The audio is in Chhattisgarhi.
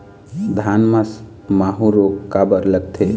धान म माहू रोग काबर लगथे?